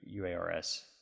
UARS